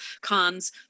cons